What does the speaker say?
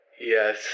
Yes